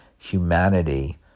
humanity